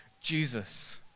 Jesus